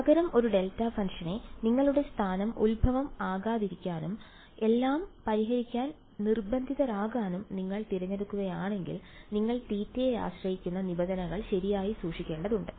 പകരം ഒരു ഡെൽറ്റ ഫംഗ്ഷന്റെ നിങ്ങളുടെ സ്ഥാനം ഉത്ഭവം ആകാതിരിക്കാനും എല്ലാം പരിഹരിക്കാൻ നിർബന്ധിതരാകാനും നിങ്ങൾ തിരഞ്ഞെടുക്കുകയാണെങ്കിൽ നിങ്ങൾ തീറ്റയെ ആശ്രയിക്കുന്ന നിബന്ധനകൾ ശരിയായി സൂക്ഷിക്കേണ്ടതുണ്ട്